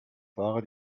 fahrer